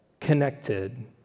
connected